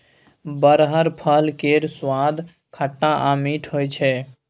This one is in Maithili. बरहर फल केर सुआद खट्टा आ मीठ होइ छै